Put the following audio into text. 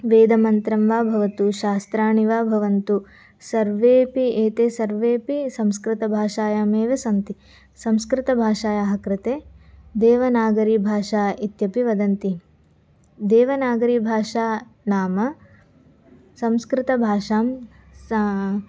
वेदमन्त्रं वा भवतु शास्त्राणि वा भवन्तु सर्वेऽपि एते सर्वेऽपि संस्कृतभाषायामेव सन्ति संस्कृतभाषायाः कृते देवनागरीभाषा इत्यपि वदन्ति देवनागरीभाषा नाम संस्कृतभाषां सा